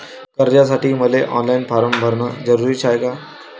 कर्जासाठी मले online form भरन जरुरीच हाय का?